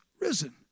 risen